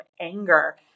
anger